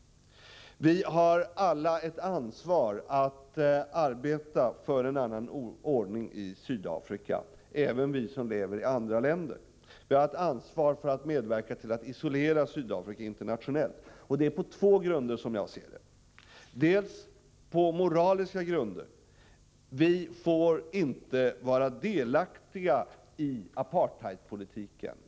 Vi har alla ett ansvar när det gäller att arbeta för en annan ordning i Sydafrika, även vi som lever i andra länder. Vi har ett ansvar för att medverka till att isolera Sydafrika internationellt — detta på två grunder. För det första finns den moraliska grunden. Vi får inte vara delaktiga i apartheidpolitiken.